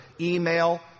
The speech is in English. email